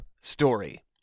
story